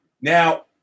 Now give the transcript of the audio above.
Now